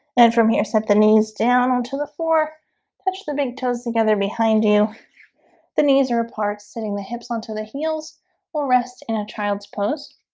and from here set the knees down onto the floor touch the big toes together behind you the knees are apart sitting the hips onto the heels or rest in a child's pose